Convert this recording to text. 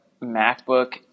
MacBook